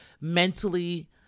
mentally